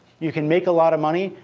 you can make a lot of money,